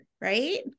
right